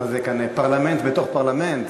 מה זה כאן, פרלמנט בתוך פרלמנט?